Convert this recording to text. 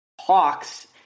hawks